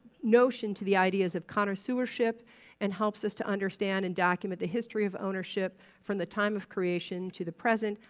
notion to the ideas of connoisseurship and helps us to understand and document the history of ownership from the time of creation to the present,